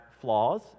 flaws